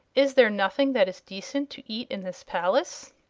is there nothing that is decent to eat in this palace?